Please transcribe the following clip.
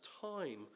time